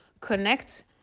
connect